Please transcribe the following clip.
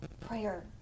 prayer